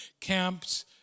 camps